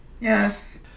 Yes